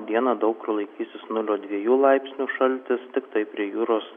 dieną daug kur laikysis nulio dviejų laipsnių šaltis tiktai prie jūros